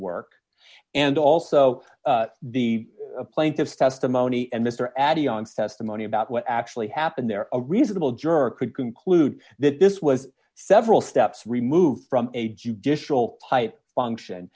work and also the plaintiff's testimony and mr adie on festa money about what actually happened there a reasonable juror could conclude that this was several steps removed from a judicial pipe function